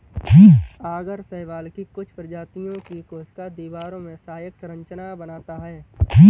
आगर शैवाल की कुछ प्रजातियों की कोशिका दीवारों में सहायक संरचना बनाता है